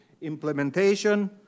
implementation